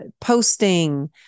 posting